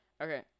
Okay